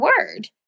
word